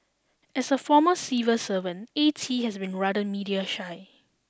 as a former civil servant A T has been rather media shy